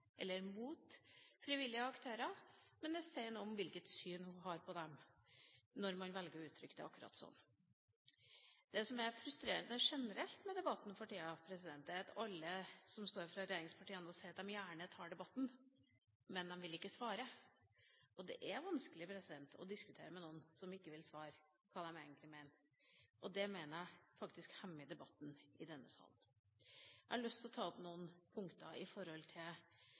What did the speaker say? eller imot frivillige aktører, men det sier noe om hvilket syn hun har på dem, når hun velger å uttrykke seg akkurat sånn. Det som generelt er frustrerende med debatten for tida, er alle dem som står her fra regjeringspartiene og sier at de gjerne tar debatten – men så vil de ikke svare. Det er vanskelig å diskutere med noen som ikke vil svare på hva man egentlig mener. Det mener jeg faktisk hemmer debatten i denne salen. Jeg har lyst til å ta opp noen punkter med hensyn til